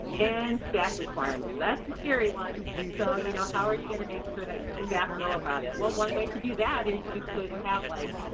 and staff requirements, that's the scary one so you know how are you gonna make sure that your staff know about it? well one way to do that is you could have like,